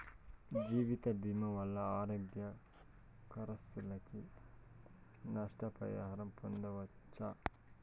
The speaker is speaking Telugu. జీవితభీమా వల్ల అనారోగ్య కర్సులకి, నష్ట పరిహారం పొందచ్చట